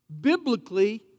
biblically